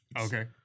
Okay